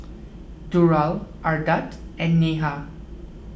Durrell Ardath and Neha